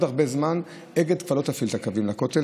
הרבה זמן אגד כבר לא תפעיל את הקווים לכותל.